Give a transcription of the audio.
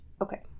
Okay